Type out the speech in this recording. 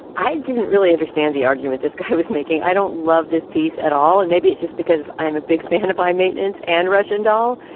i didn't really understand the argument this guy was making. i don't love this piece at all. and maybe it just because i'm a big fan of high maintenance and rush and all.